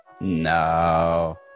No